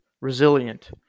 resilient